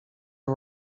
are